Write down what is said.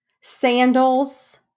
sandals